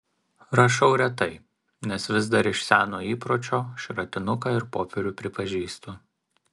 rašau retai nes vis dar iš seno įpročio šratinuką ir popierių pripažįstu